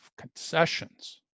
concessions